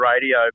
radio